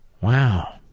Wow